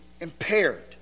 impaired